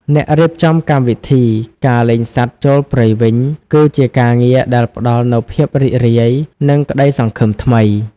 អ្នករៀបចំកម្មវិធី "ការលែងសត្វចូលព្រៃវិញ" គឺជាការងារដែលផ្តល់នូវភាពរីករាយ និងក្តីសង្ឃឹមថ្មី។